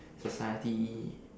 society